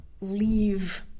leave